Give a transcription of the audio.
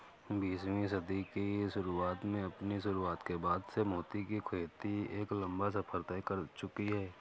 बीसवीं सदी की शुरुआत में अपनी शुरुआत के बाद से मोती की खेती एक लंबा सफर तय कर चुकी है